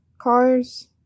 cars